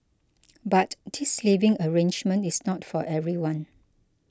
but this living arrangement is not for everyone